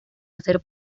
hacer